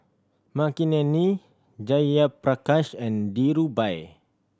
Makineni Jayaprakash and Dhirubhai